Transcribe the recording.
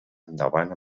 endavant